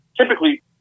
typically